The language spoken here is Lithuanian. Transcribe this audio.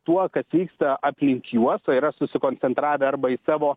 tuo kas vyksta aplink juos o yra susikoncentravę arba į savo